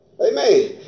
Amen